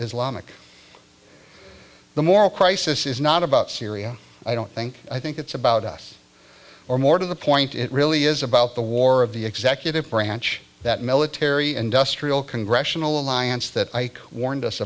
islamic the moral crisis is not about syria i don't think i think it's about us or more to the point it really is about the war of the executive branch that military industrial congressional alliance that i warned us